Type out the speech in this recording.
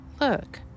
Look